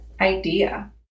idea